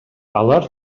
алар